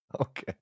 okay